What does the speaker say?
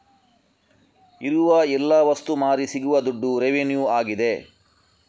ಇರುವ ಎಲ್ಲ ವಸ್ತು ಮಾರಿ ಸಿಗುವ ದುಡ್ಡು ರೆವೆನ್ಯೂ ಆಗಿದೆ